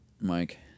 Mike